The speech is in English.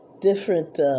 different